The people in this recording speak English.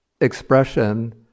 expression